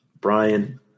Brian